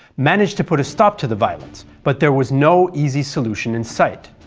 managed to put a stop to the violence, but there was no easy solution in sight.